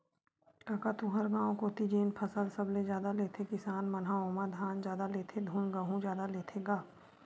कका तुँहर गाँव कोती जेन फसल सबले जादा लेथे किसान मन ह ओमा धान जादा लेथे धुन गहूँ जादा लेथे गा?